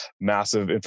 massive